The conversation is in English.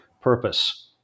purpose